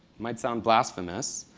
might sound blasphemous.